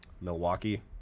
Milwaukee